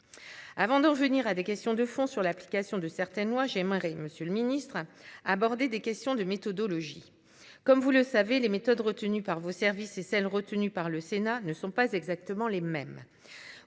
Avant de revenir à des questions de fond sur l'application de certaines lois. J'aimerais, monsieur le Ministre aborder des questions de méthodologie comme vous le savez les méthodes retenues par vos services et celle retenue par le Sénat ne sont pas exactement les mêmes.